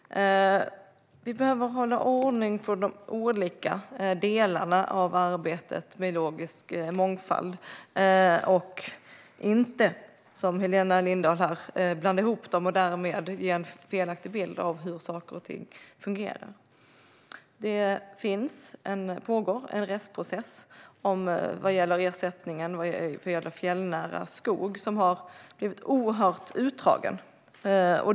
Fru talman! Vi behöver hålla ordning på de olika delarna av arbetet med biologisk mångfald och inte, som Helena Lindahl gör här, blanda ihop dem och därmed ge en felaktig bild av hur saker och ting fungerar. Det pågår en rättsprocess vad gäller ersättningen för fjällnära skog, och den har blivit oerhört utdragen.